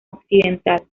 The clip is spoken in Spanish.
occidental